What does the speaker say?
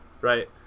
right